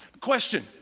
Question